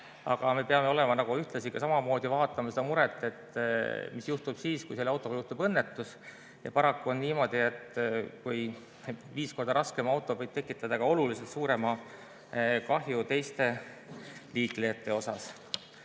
aga me peame ühtlasi vaatama seda muret, et mis juhtub siis, kui selle autoga juhtub õnnetus. Paraku on niimoodi, et viis korda raskem auto võib tekitada ka oluliselt suuremat kahju teistele liiklejatele.